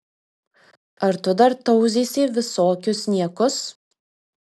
ar tu dar tauzysi visokius niekus